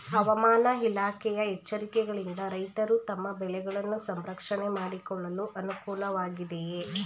ಹವಾಮಾನ ಇಲಾಖೆಯ ಎಚ್ಚರಿಕೆಗಳಿಂದ ರೈತರು ತಮ್ಮ ಬೆಳೆಗಳನ್ನು ಸಂರಕ್ಷಣೆ ಮಾಡಿಕೊಳ್ಳಲು ಅನುಕೂಲ ವಾಗಿದೆಯೇ?